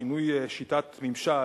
שינוי שיטת ממשל,